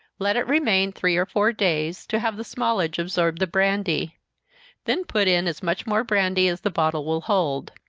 let it remain three or four days, to have the smallage absorb the brandy then put in as much more brandy as the bottle will hold.